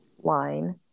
line